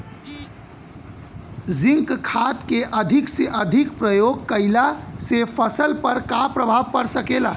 Zinc खाद क अधिक से अधिक प्रयोग कइला से फसल पर का प्रभाव पड़ सकेला?